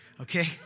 Okay